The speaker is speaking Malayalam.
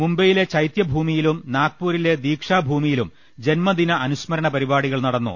മുംബൈ യിലെ ചൈതൃ ഭൂമിയിലും നാഗ്പൂരിലെ ദീക്ഷാ ഭൂമിയിലും ജന്മ ദിന അനുസ്മരണ പരിപാടികൾ നടന്നു